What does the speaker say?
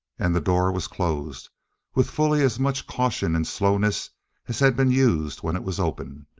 and the door was closed with fully as much caution and slowness as had been used when it was opened.